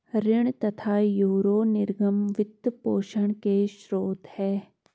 ऋण तथा यूरो निर्गम वित्त पोषण के स्रोत है